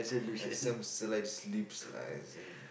I think so likes to sleeps lah I think